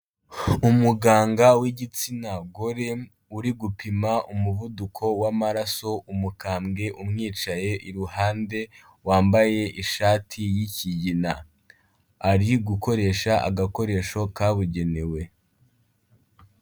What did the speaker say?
Umuganga w'igitsina gore uri gupima umuvuduko w'amaraso umukambwe umwicaye iruhande wambaye ishati y'ikigina, ari gukoresha agakoresho kabugenewe.